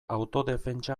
autodefentsa